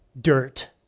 dirt